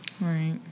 Right